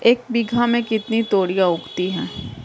एक बीघा में कितनी तोरियां उगती हैं?